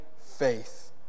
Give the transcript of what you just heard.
faith